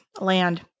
land